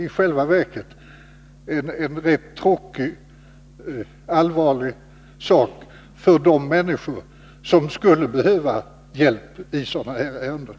I själva verket är detta en allvarlig sak, med tanke på de människor som skulle behöva hjälp i sådana här ärenden.